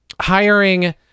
hiring